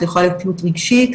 יכולה להיות תלות רגשית,